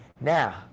Now